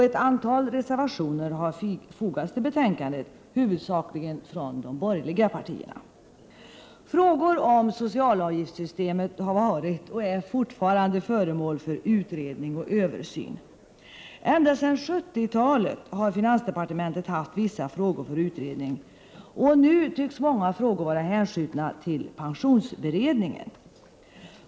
Ett antal reservationer har fogats till betänkandet, huvudsakligen från de borgerliga partierna. Frågor om socialavgiftssystemet har varit och är fortfarande föremål för utredning och översyn. Ända sedan 70-talet har finansdepartementet haft vissa frågor för utredning. Nu tycks många frågor vara hänskjutna till pensionsberedningen.